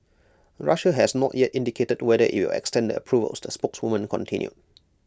Russia has not yet indicated whether IT will extend the approvals the spokeswoman continued